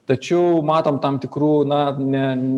tačiau matom tam tikrų na ne